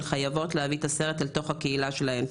חייבות להביא את הסרט לתוך הקהילה שלהן.